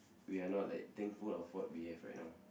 we are not like thankful of what we have right now